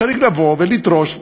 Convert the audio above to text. צריך לבוא ולדרוש,